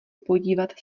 podívat